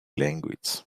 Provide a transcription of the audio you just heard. language